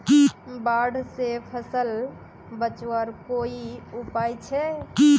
बाढ़ से फसल बचवार कोई उपाय छे?